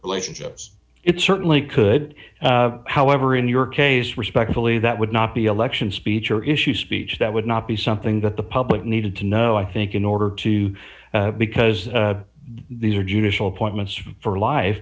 relations yes it certainly could however in your case respectfully that would not be election speech or issue speech that would not be something that the public needed to know i think in order to because these are judicial appointments for life